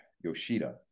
Yoshida